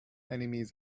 enemies